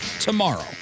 tomorrow